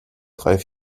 drei